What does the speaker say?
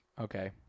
Okay